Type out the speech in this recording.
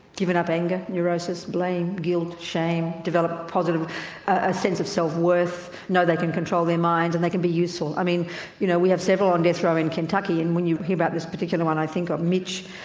given up anger, neurosis, blame, guilt, shame developed but a ah sense of self worth, know they can control their minds and they can be useful. i mean you know we have several on death row in kentucky and when you hear about this particular one i think of, mitch.